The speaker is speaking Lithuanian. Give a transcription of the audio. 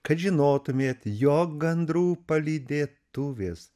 kad žinotumėt jog gandrų palydėtuvės